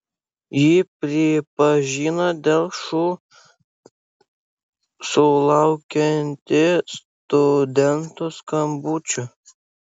ji pripažino dėl šu sulaukianti studentų skambučių